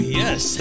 yes